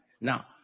Now